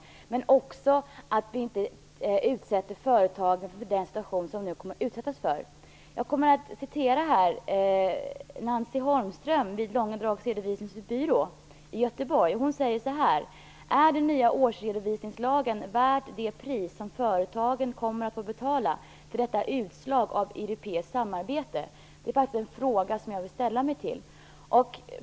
Då skulle vi inte heller ha behövt utsätta företag för den situation som de nu kommer att utsättas för. Jag vill hänvisa till vad Nancy Holmström vid Långedrags Redovisningsbyrå i Göteborg undrade: Är den nya årsredovisningslagen värd det pris som företagen kommer att få betala för detta utslag av europeiskt samarbete? Det är faktiskt en fråga som jag också vill ställa.